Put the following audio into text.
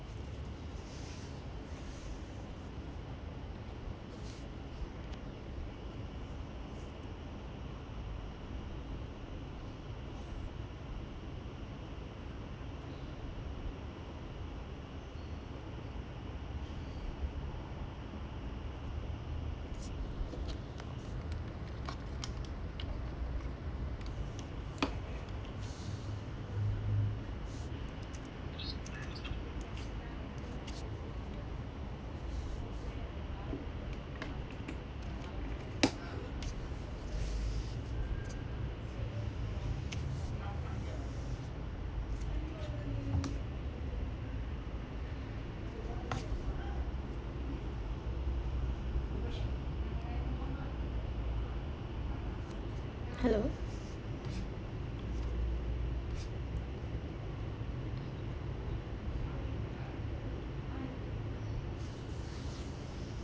hello